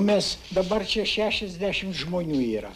mes dabar čia šešiasdešimt žmonių yra